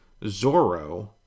Zorro